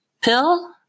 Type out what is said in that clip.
pill